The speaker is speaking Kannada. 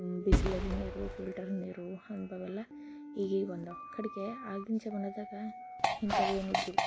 ಬಿಸ್ಲರಿ ನೀರು ಫಿಲ್ಟರ್ ನೀರು ಅಂಥವೆಲ್ಲ ಈಗೀಗ ಬಂದವ ಕಡೆಗೆ ಆಗಿನ ಜಮನದಾಗ ಇಂಥವು ಏನು ಇದ್ದಿಲ್ಲ